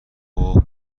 اوه